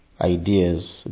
ideas